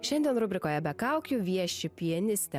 šiandien rubrikoje be kaukių vieši pianistė